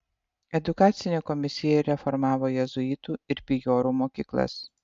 edukacinė komisija reformavo jėzuitų ir pijorų mokyklas